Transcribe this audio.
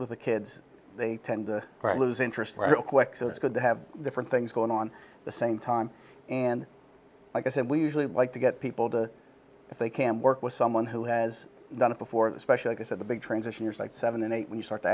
with the kids they tend to lose interest very quick so it's good to have different things going on the same time and like i said we usually like to get people to if they can work with someone who has done it before the special case of the big transition is like seven and eight when you start to